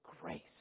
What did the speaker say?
grace